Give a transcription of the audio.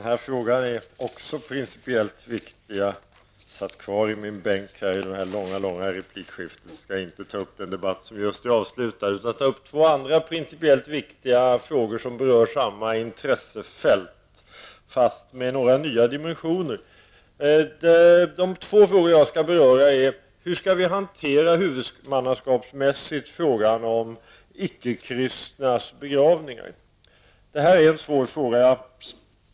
Herr talman! Jag satt kvar i min bänk under det långa replikskiftet, och jag skall inte ta upp en debatt som just är avslutad, utan jag vill ta upp två andra principiellt viktiga frågor som berör samma intressefält, men med några nya dimensioner. Hur skall vi huvudmannaskapsmässigt hantera frågan om icke kristnas begravningar? Detta är en svår fråga.